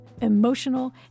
emotional